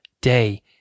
day